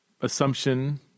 assumption